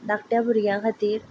धाकट्या भुरग्यां खातीर